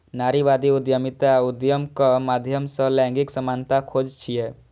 नारीवादी उद्यमिता उद्यमक माध्यम सं लैंगिक समानताक खोज छियै